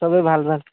চবেই ভাল ভাল